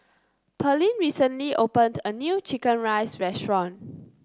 Pearlene recently opened a new chicken rice restaurant